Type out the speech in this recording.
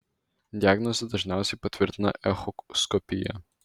diagnozę dažniausiai patvirtina echoskopija